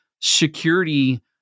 security